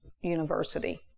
University